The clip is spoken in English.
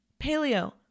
paleo